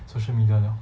social media 了